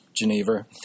Geneva